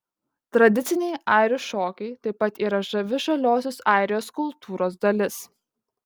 tradiciniai airių šokiai taip pat yra žavi žaliosios airijos kultūros dalis